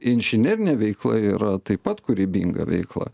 inžinerinė veikla yra taip pat kūrybinga veikla